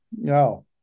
No